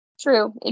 True